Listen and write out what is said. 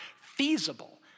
feasible